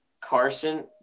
Carson